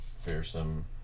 fearsome